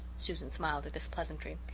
susan smiled at this pleasantry.